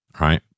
right